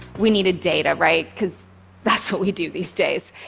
we needed data, right? because that's what we do these days.